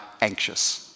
anxious